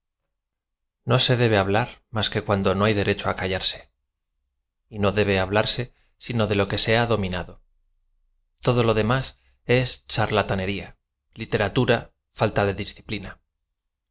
o se debe habu r más que cuando no hay derecho á callarse y no debe hablarse sino de lo que ae ha dominado todo lo demás es charlatanería literatura falta de disciplina